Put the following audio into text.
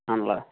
ആണല്ലെ